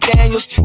Daniels